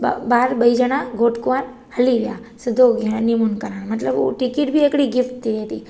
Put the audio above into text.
ॿार ॿई ॼणा घोट कुवांर हली विया सिधो हनीमून करण मतलबु हूअ टिकट बि हिकिड़ी गिफ़्ट थिए थी